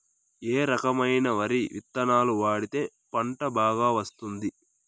ఏ రకమైన వరి విత్తనాలు వాడితే పంట బాగా వస్తుంది?